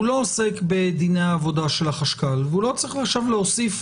הוא לא עוסק בדיני עבודה של החשכ"ל והוא לא צריך עכשיו להוסיף